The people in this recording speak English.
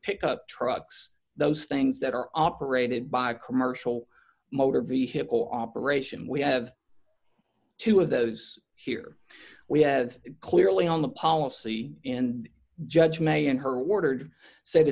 pick up trucks those things that are operated by a commercial motor vehicle operation we have two of those here we have clearly on the policy in judge may in her ward said